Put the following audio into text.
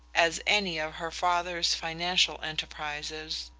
as any of her father's financial enterprises.